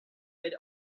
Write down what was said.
mid